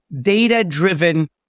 data-driven